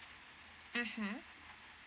mmhmm